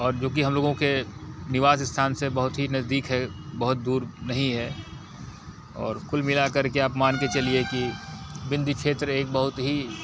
और जोकि हम लोगों के निवास स्थान से बहुत ही नज़दीक है बहुत दूर नहीं है और कुल मिला करके आप मान के चलिए की बिंदी क्षेत्र एक बहुत ही